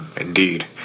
indeed